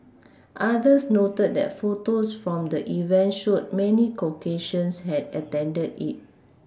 others noted that photos from the event showed many Caucasians had attended it